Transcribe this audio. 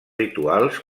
rituals